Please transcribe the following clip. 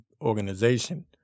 Organization